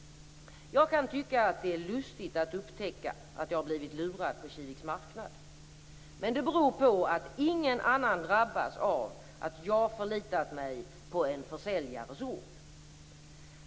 Jag kan tycka att det är lustigt att upptäcka att jag har blivit lurad på Kiviks marknad. Men det beror på att ingen annan drabbas av att jag förlitat mig på en försäljares ord.